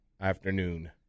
afternoon